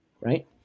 right